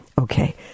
Okay